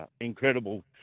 incredible